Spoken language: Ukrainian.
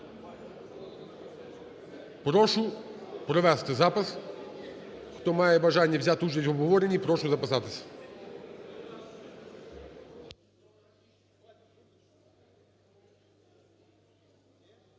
Прошу провести запис. Хто має бажання взяти участь в обговоренні, прошу записатись.